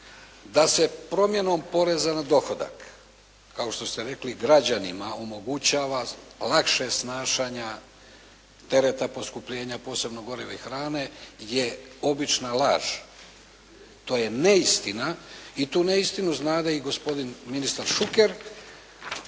da se promjenom poreza na dohodak, kao što ste rekli, građanima omogućava lakše podnošenje tereta poskupljenja posebno goriva i hrane je obična laž. To je neistina i tu neistinu znade i gospodin ministar Šuker.